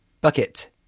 Bucket